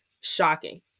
shocking